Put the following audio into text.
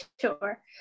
Sure